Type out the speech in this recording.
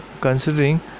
considering